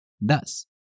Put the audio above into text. Thus